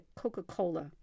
Coca-Cola